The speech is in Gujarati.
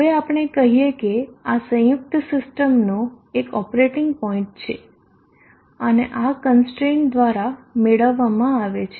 હવે આપણે કહીએ કે આ સંયુક્ત સિસ્ટમનો એક ઓપરેટિંગ પોઈન્ટ છે અને આ કનસ્ટ્રેઈન્સ દ્વારા મેળવવામાં આવે છે